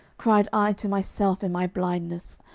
cried i to myself in my blindness,